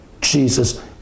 jesus